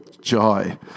joy